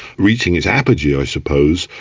reaching its apogee i suppose,